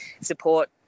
support